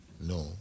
No